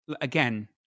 again